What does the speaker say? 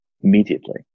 immediately